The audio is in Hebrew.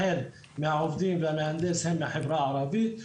החל מהעובדים והמהנדס הם מהחברה הערבית.